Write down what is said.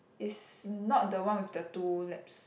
is not the one with the two labs